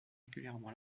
régulièrement